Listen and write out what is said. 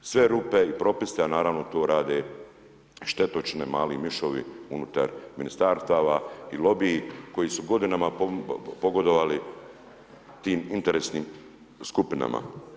sve rupe i propise, a naravno tu rade štetočine, mali mišovi unutar Ministarstava i lobiji koji su godinama pogodovali tim interesnim skupinama.